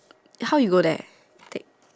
how you go there take